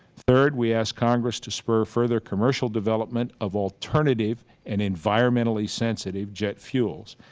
third, we ask congress to spur further commercial development of alternative and environmentally sensitive jet fuels.